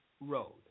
road